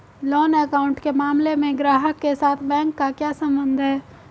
Loan account के मामले में ग्राहक के साथ बैंक का क्या संबंध है?